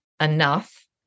enough